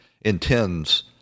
intends